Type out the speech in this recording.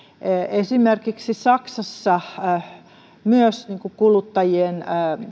esimerkiksi saksassa kuluttajien